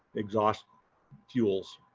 exhaust fuels,